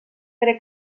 pere